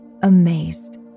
amazed